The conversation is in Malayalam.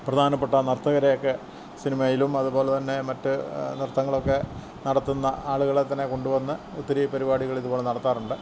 പ്രധാനപ്പെട്ട നർത്തകരെയൊക്കെ സിനിമയിലും അതുപോലെ തന്നെ മറ്റു നൃത്തങ്ങളൊക്കെ നടത്തുന്ന ആളുകളെ തന്നെ കൊണ്ടു വന്ന് ഒത്തിരി പരിപാടികളിതുപോലെ നടത്താറുണ്ട്